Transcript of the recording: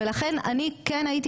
ולכן אני כן הייתי